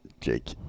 Jake